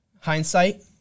Hindsight